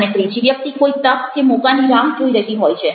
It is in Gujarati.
અને ત્રીજી વ્યક્તિ કોઈ તક કે મોકાની રાહ જોઈ રહી હોય છે